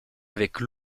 avec